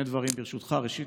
שני דברים: ראשית,